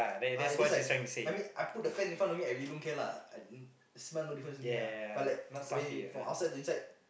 ah I just like I mean I put the fan in front of me I really don't care ah I smell no difference to me ah but like when outside to inside